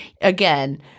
again